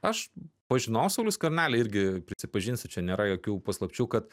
aš pažinojau saulių skvernelį irgi prisipažinsiu čia nėra jokių paslapčių kad